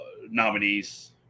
nominees